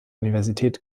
universität